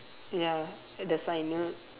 ya at the sign near